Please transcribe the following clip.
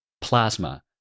plasma